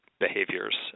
behaviors